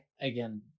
again